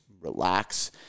relax